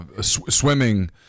swimming